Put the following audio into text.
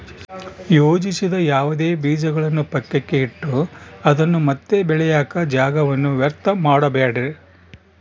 ಯೋಜಿಸದ ಯಾವುದೇ ಬೀಜಗಳನ್ನು ಪಕ್ಕಕ್ಕೆ ಇಟ್ಟು ಅದನ್ನ ಮತ್ತೆ ಬೆಳೆಯಾಕ ಜಾಗವನ್ನ ವ್ಯರ್ಥ ಮಾಡಬ್ಯಾಡ್ರಿ